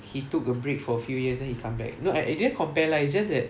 he took a break for a few years then he come back no I I didn't compare lah it just that